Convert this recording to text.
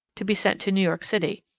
to be sent to new york city.